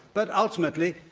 but, ultimately,